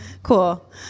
Cool